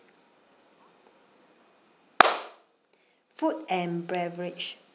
food and beverage